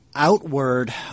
outward